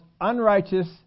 unrighteous